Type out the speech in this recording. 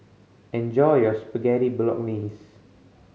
enjoy your Spaghetti Bolognese